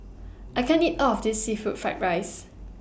I can't eat All of This Seafood Fried Rice